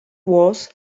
was